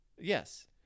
Yes